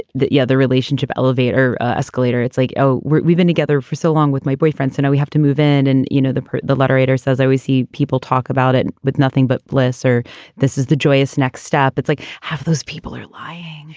the yeah the relationship elevator, escalator. it's like, oh, we've been together for so long with my boyfriend and i, we have to move in. and, you know, the the letter writer says i we see people talk about it with nothing but bliss or this is the joyous next stop. it's like half those people are lying